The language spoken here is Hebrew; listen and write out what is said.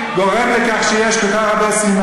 חבר הכנסת אייכלר יציג,